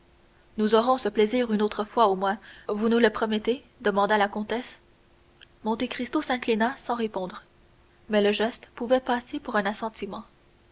nous aurons ce plaisir une autre fois au moins vous nous le promettez demanda la comtesse monte cristo s'inclina sans répondre mais le geste pouvait passer pour un assentiment